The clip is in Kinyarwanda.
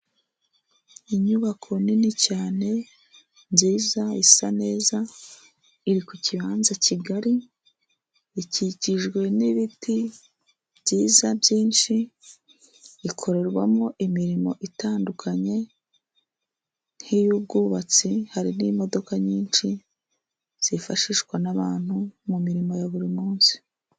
Inyubako nini cyane nziza isa neza, iri ku kibanza kigali. Ikikijwe n'ibiti byiza byinshi, ikorerwamo imirimo itandukanye nk'iy'ubwubatsi, hari n'imodoka nyinshi zifashishwa n'abantu mu mirimo ya buri munsi.